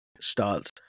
start